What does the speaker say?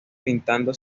pintando